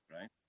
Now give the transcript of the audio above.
right